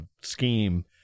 scheme